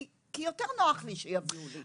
כי יותר נוח לי שיביאו לי.